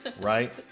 right